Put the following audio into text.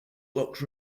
locked